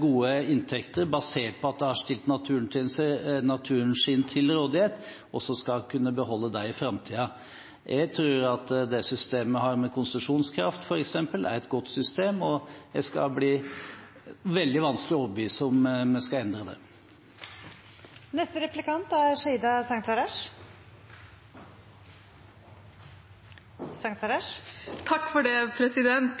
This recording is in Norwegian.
gode inntekter, basert på at de har stilt naturen sin til rådighet, også skal kunne beholde dem i framtiden. Jeg tror at det systemet vi har med konsesjonskraft, f.eks., er et godt system, og at det skal bli veldig vanskelig å overbevise oss om at vi skal endre det.